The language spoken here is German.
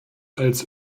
als